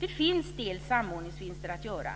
Det finns samordningsvinster att göra.